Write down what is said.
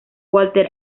walter